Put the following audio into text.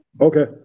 Okay